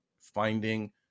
finding